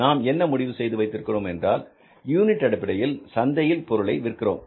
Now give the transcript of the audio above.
நாம் என்ன முடிவு செய்து வைத்திருக்கிறோம் என்றால் யூனிட் அடிப்படையில் சந்தையில் பொருளை விற்கிறோம்